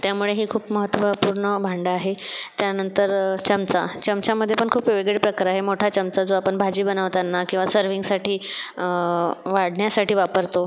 त्यामुळे हे खूप महत्वपूर्ण भांडं आहे त्यानंतर चमचा चमच्यामध्ये पण खूप वेगवेगळे प्रकार आहे मोठा चमचा जो आपण भाजी बनवताना किंवा सर्विंगसाठी वाढण्यासाठी वापरतो